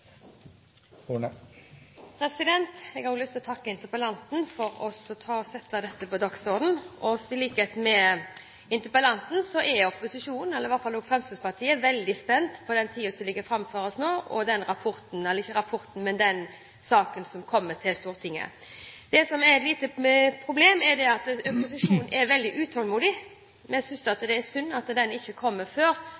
Jeg har lyst til å takke interpellanten for å sette dette på dagsorden. I likhet med interpellanten er opposisjonen – i hvert fall Fremskrittspartiet – veldig spent på den tiden som ligger foran oss nå, og den saken som kommer til Stortinget. Det som er et lite problem, er at opposisjonen er veldig utålmodig. Vi synes det er synd at saken ikke har kommet før, men har også forståelse for at